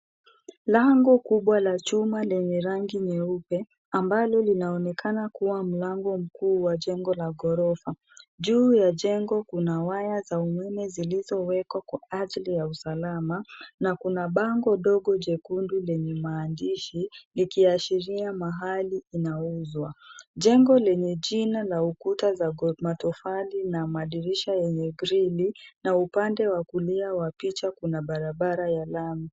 Lango kubwa la chuma lenye rangi nyeupe ambalo linaonekana kuwa mlango mkuu wa jengo la ghorofa. Juu ya jengo kuna waya za umeme zilizowekwa kwa ajili ya usalama na kuna bango dogo jekundu lenye maandishi likiashiria mahali inauzwa. Jengo lenye jina na ukuta za matofali na madirisha yenye grili na upande wa kulia wa picha kuna barabara ya lami.